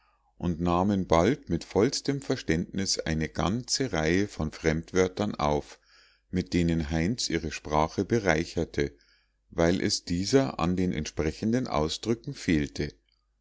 und nahmen bald mit vollstem verständnis eine ganze reihe von fremdwörtern auf mit denen heinz ihre sprache bereicherte weil es dieser an den entsprechenden ausdrücken fehlte